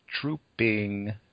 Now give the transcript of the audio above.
Trooping